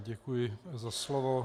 Děkuji za slovo.